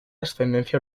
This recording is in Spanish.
ascendencia